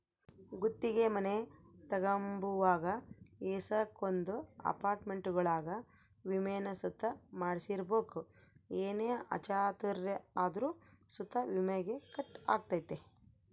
ಗುತ್ತಿಗೆ ಮನೆ ತಗಂಬುವಾಗ ಏಸಕೊಂದು ಅಪಾರ್ಟ್ಮೆಂಟ್ಗುಳಾಗ ವಿಮೇನ ಸುತ ಮಾಡ್ಸಿರ್ಬಕು ಏನೇ ಅಚಾತುರ್ಯ ಆದ್ರೂ ಸುತ ವಿಮೇಗ ಕಟ್ ಆಗ್ತತೆ